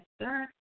sir